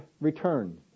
return